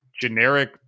generic